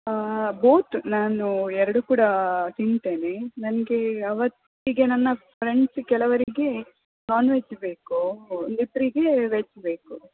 both ನಾನು ಎರಡೂ ಕೂಡ ತಿಂತೇನೆ ನನಗೆ ಅವತ್ತಿಗೆ ನನ್ನ ಫ್ರೆಂಡ್ಸ್ ಕೆಲವರಿಗೆ ನಾನ್ ವೆಜ್ ಬೇಕು ಒಂದಿಬ್ಬರಿಗೆ ವೆಜ್ ಬೇಕು